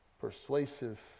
persuasive